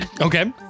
Okay